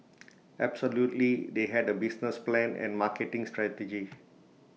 absolutely they had A business plan and marketing strategy